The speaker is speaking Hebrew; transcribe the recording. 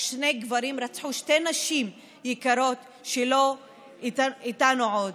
כששני גברים רצחו שתי נשים יקרות שאינן איתנו עוד,